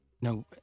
No